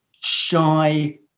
shy